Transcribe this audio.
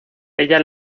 ella